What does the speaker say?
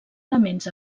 elements